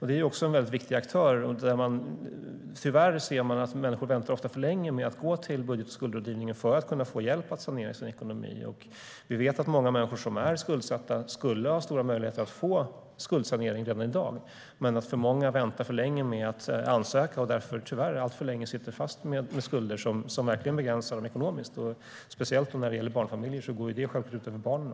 Det är också en mycket viktig aktör. Tyvärr ser man att människor ofta väntar för länge med att gå till budget och skuldrådgivningen för att kunna få hjälp att sanera sin ekonomi. Vi vet att många människor som är skuldsatta skulle ha stora möjligheter att få skuldsanering redan i dag men att för många väntar för länge med att ansöka och därför tyvärr alltför länge sitter fast med skulder som verkligen begränsar dem ekonomiskt. Speciellt när det gäller barnfamiljer går det självklart ut även över barnen.